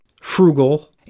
frugal